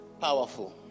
powerful